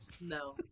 No